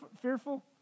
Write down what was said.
fearful